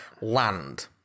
land